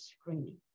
screening